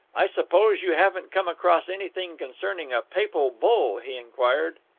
i suppose you haven't come across anything concerning a papal bull? he inquired.